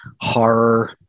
horror